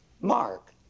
Mark